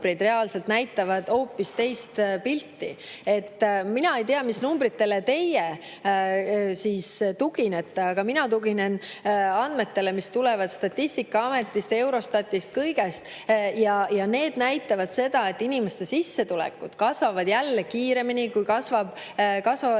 reaalselt näitavad hoopis teist pilti. Mina ei tea, mis numbritele teie tuginete, aga mina tuginen andmetele, mis tulevad Statistikaametist, Eurostatist, kõigist [sellistest kohtadest]. Need näitavad, et inimeste sissetulekud kasvavad jälle kiiremini, kui kasvavad